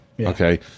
Okay